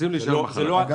רוצים להישאר בחל"ת.